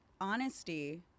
honesty